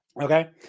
Okay